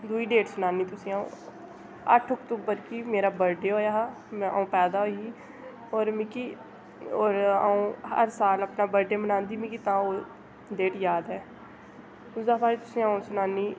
दुई डेट सनानी तुसें अ'ऊं अठ्ठ अक्टूबर गी मेरा बड्डे होएया हा मेरा अ'ऊं पैदा होई ही होर मिगी होर अ'ऊं हर साल अपना बड्डे मनांदी मिगी तां ओह् डेट याद ऐ उसदै बादा च अ'ऊं सनानी